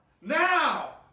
Now